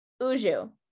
Uju